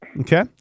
okay